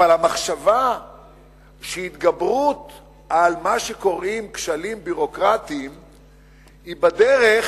אבל המחשבה שהתגברות על מה שקוראים כשלים ביורוקרטיים היא בדרך